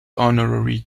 honorary